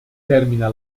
termina